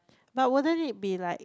but wouldn't it be like